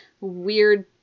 weird